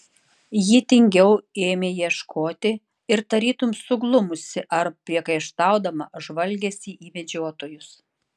ji tingiau ėmė ieškoti ir tarytum suglumusi ar priekaištaudama žvalgėsi į medžiotojus